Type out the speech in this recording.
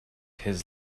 his